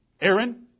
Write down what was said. Aaron